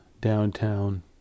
downtown